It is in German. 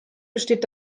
besteht